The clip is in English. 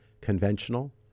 conventional